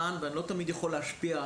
ואני לא תמיד יכול להשפיע.